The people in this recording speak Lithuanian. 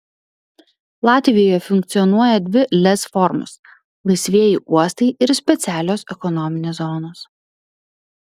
latvijoje funkcionuoja dvi lez formos laisvieji uostai ir specialios ekonominės zonos